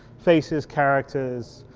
faces characters,